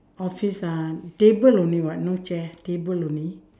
office ah table only [what] no chair table only